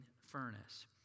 furnace